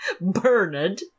Bernard